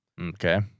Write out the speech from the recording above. Okay